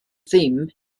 ddim